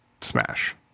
smash